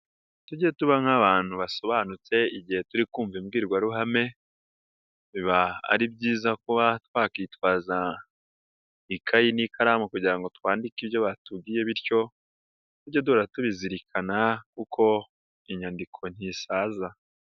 Tujye tuba nk'abantu basobanutse igihe turi kumva imbwirwaruhame, biba ari byiza kuba twakwitwaza ikayi n'ikaramu kugira ngo twandike ibyo batubwiye bityo tujye duhora tubizirikana kuko inyandiko ntisaza.